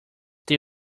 they